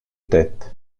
tête